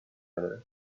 other